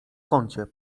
kącie